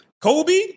Kobe